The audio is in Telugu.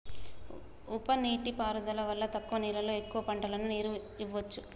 ఉప నీటి పారుదల వల్ల తక్కువ నీళ్లతో ఎక్కువ పంటలకు నీరు ఇవ్వొచ్చు